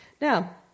Now